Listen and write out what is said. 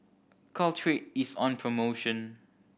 Caltrate is on promotion